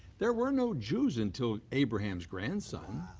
there were no jews until abraham's grandson.